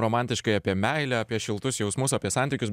romantiškai apie meilę apie šiltus jausmus apie santykius